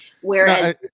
Whereas